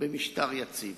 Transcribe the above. במשטר יציב.